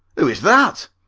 who is that?